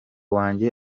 wanjye